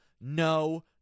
no